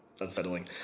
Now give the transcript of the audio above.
unsettling